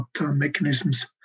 mechanisms